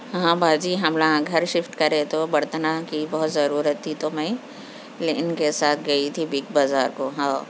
ہاں باجی ہم نا گھر شفٹ کرے تو برتناں کی بہت ضرورت تھی تو میں ان کے ساتھ گئی تھی بگ بازار کو ہاو